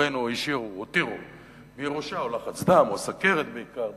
לרובנו הורינו הותירו בירושה לחץ דם או סוכרת בעיקר,